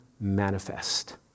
manifest